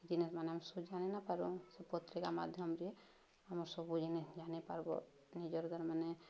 ଜିନିଷ୍ମାନେ ଆମେ ସୁଦ୍ ଜାନିନପାରୁ ସେ ପତ୍ରିକା ମାଧ୍ୟମରେ ଆମର ସବୁ ଜିନିଷ୍ ଜାାନଣି ପାର୍ବ ନିଜର ତା'ର୍ ମାନେ